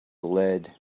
led